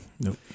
Nope